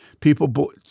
People